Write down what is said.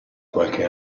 qualche